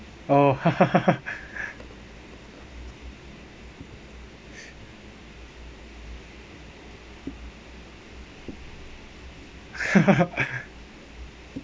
oh